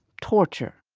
torture,